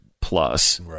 plus